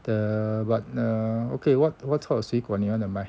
the what uh okay what what kind of 水果 you want to buy